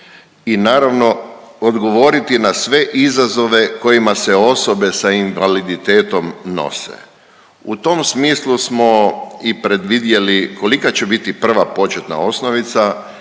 i naravno odgovoriti na sve izazove kojima se osobe s invaliditetom nose. U tom smislu smo i predvidjeli kolika će biti prva početna osnovica